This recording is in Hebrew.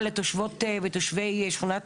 אתה מספר על האיש שישב ומירר בבכי מול בית הכנסת